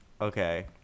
Okay